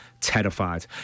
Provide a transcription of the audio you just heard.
terrified